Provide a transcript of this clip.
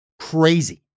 crazy